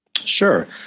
Sure